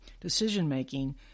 decision-making